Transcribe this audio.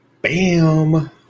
Bam